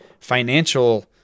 financial